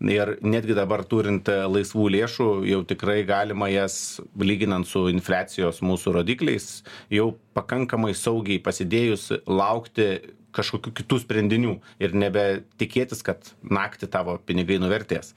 ir netgi dabar turint laisvų lėšų jau tikrai galima jas lyginant su infliacijos mūsų rodikliais jau pakankamai saugiai pasidėjus laukti kažkokių kitų sprendinių ir nebe tikėtis kad naktį tavo pinigai nuvertės